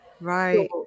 Right